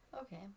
Okay